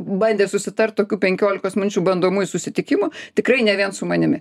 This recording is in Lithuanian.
bandė susitart tokių penkiolikos minučių bandomųjų susitikimų tikrai ne vien su manimi